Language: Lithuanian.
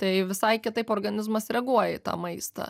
tai visai kitaip organizmas reaguoja į tą maistą